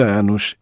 anos